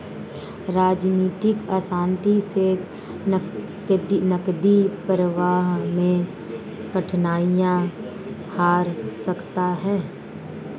राजनीतिक अशांति से नकदी प्रवाह में कठिनाइयाँ गहरा सकता है